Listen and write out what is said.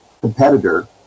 competitor